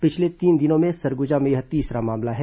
पिछले तीन दिनों में सरगुजा में यह तीसरा मामला है